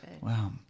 Wow